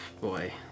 boy